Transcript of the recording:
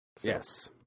Yes